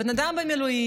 בן אדם במילואים,